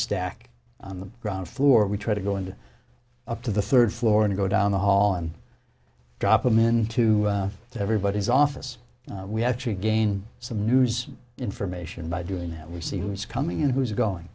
stack on the ground floor we try to go into up to the third floor and go down the hall and drop them into everybody's office we actually gain some news information by doing that we see who's coming in who's going